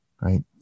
right